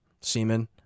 semen